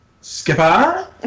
Skipper